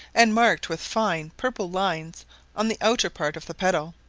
and marked with fine purple lines on the outer part of the petal,